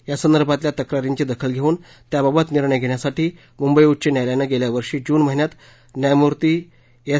या संदर्भातल्या तक्रारींची दखल घेवून त्याबाबत निर्णय घेण्यासाठी मुंबई उच्च न्यायालयानं गेल्या वर्षी जून महिन्यात न्यायमूर्ती एस